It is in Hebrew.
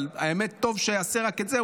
אבל האמת היא שטוב שיעשה רק את זה,